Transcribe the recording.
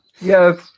Yes